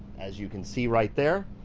as you can see right there,